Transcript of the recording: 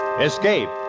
Escape